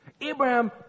Abraham